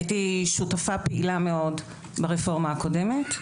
הייתי שותפה פעילה מאוד ברפורמה הקודמת,